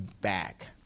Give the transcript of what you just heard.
back